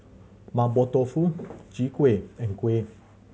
Mapo Tofu Chai Kueh and kuih